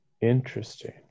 interesting